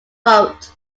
vote